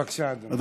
בבקשה, אדוני.